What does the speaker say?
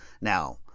Now